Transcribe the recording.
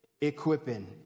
Equipping